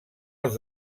els